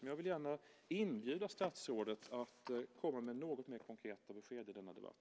Men jag vill gärna inbjuda statsrådet att komma med något mer konkreta besked i denna debatt.